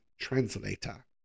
translator